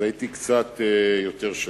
הייתי קצת יותר שקט.